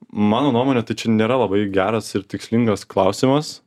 mano nuomone tai čia nėra labai geras ir tikslingas klausimas